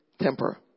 temper